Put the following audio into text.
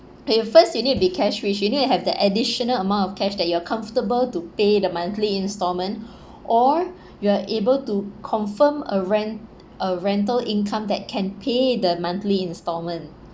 okay first you need be cash rich you need to have the additional amount of cash that you are comfortable to pay the monthly installment or you are able to confirm a rent a rental income that can pay the monthly installment